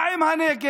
מה עם הנגב?